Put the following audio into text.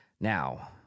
now